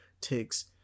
takes